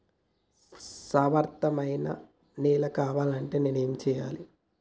సారవంతమైన నేల కావాలంటే నేను ఏం చెయ్యాలే?